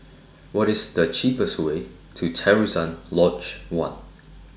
What IS The cheapest Way to Terusan Lodge one